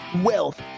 wealth